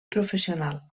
professional